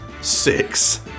six